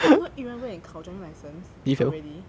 oh you now yu ren go and 考 driving license already